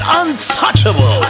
untouchable